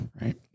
right